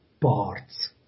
parts